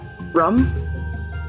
rum